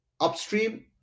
upstream